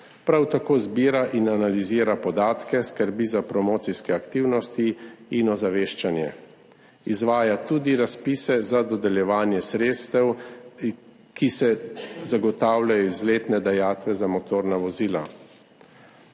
Prav tako zbira in analizira podatke, skrbi za promocijske aktivnosti in ozaveščanje. Izvaja tudi razpise za dodeljevanje sredstev, ki se zagotavljajo iz letne dajatve za motorna vozila.